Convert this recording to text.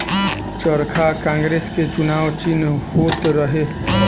चरखा कांग्रेस के चुनाव चिन्ह होत रहे